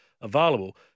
available